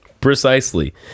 Precisely